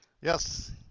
Yes